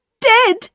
Dead